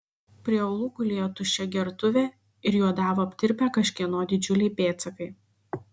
prie uolų gulėjo tuščia gertuvė ir juodavo aptirpę kažkieno didžiuliai pėdsakai